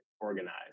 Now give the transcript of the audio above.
organized